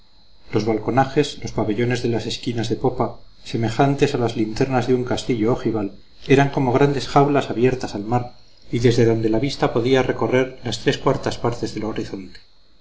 los balconajes los pabellones de las esquinas de popa semejantes a las linternas de un castillo ojival eran como grandes jaulas abiertas al mar y desde donde la vista podía recorrer las tres cuartas partes del horizonte